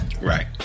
right